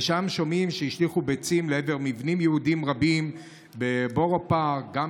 ושומעים שהשליכו שם ביצים לעבר מבנים יהודיים רבים בבורו פארק,